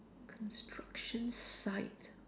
construction site